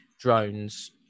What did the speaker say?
drones